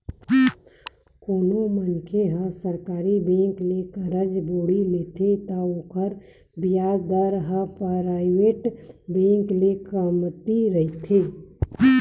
कोनो मनखे ह सरकारी बेंक ले करजा बोड़ी लेथे त ओखर बियाज दर ह पराइवेट बेंक ले कमती रहिथे